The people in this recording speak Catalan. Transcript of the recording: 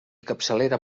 capçalera